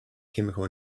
chemical